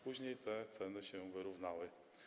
Później te ceny się wyrównały.